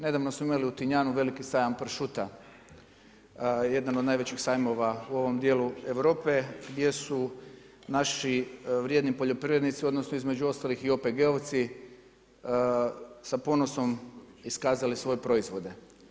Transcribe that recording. Nedavno smo imali u Tinjanu veliki sajam pršuta, jedan od najvećih sajmova u ovom dijelu Europe, gdje su naši vrijedni poljoprivrednici, odnosno između ostalih i OPG-ovci sa ponosom iskazali svoje proizvode.